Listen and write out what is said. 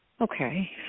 okay